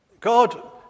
God